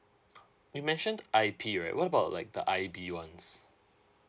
you mentioned I_P right what about like the I_B ones